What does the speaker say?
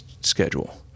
schedule